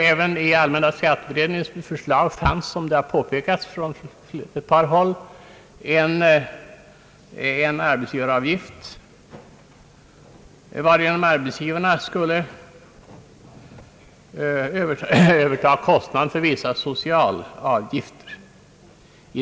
även i allmänna skatteberedningens förslag fanns det — som det har påpekats från ett par håll — en arbetsgivaravgift, varigenom ar betsgivarna skulle överta kostnaden för vissa socialavgifter.